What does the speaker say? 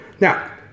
Now